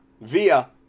Via